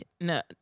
No